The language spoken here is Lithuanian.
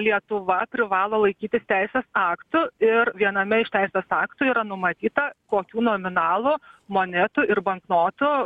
lietuva privalo laikytis teisės aktų ir viename iš teisės aktų yra numatyta kokių nominalų monetų ir banknotų